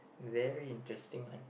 very interesting one